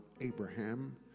Abraham